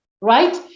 right